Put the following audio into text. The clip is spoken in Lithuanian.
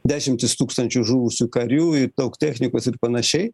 dešimtys tūkstančių žuvusių karių ir daug technikos ir panašiai